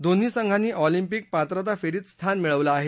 दोन्ही संघांनी ऑलिम्पिक पात्रता फेरीत स्थान मिळवलं आहे